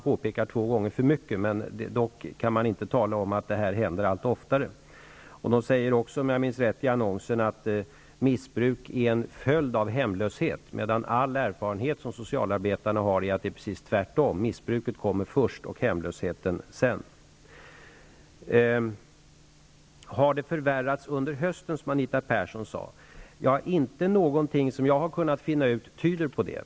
Det är två gånger för mycket, som han påpekar, men man kan inte tala om att det händer allt oftare. Det sägs också i annonsen att missbruk är en följd av hemlöshet, medan all erfarenhet som socialarbetarna har säger att det är precis tvärtom; missbruket kommer först och hemlösheten sedan. Anita Persson frågar om det har förvärrats under hösten. Ingenting som jag har kunnat finna tyder på det.